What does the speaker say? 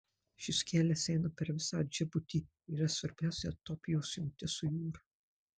šis kelias eina per visą džibutį ir yra svarbiausia etiopijos jungtis su jūra